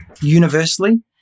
Universally